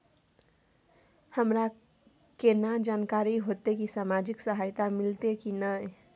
हमरा केना जानकारी होते की सामाजिक सहायता मिलते की नय?